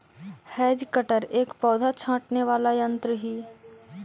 hedge cutter एक पौधा छाँटने वाला यन्त्र ही